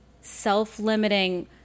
self-limiting